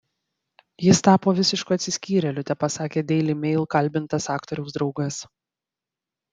jis tapo visišku atsiskyrėliu tepasakė daily mail kalbintas aktoriaus draugas